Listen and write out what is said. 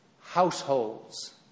households